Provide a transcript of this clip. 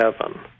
heaven